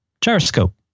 Gyroscope